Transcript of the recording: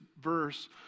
verse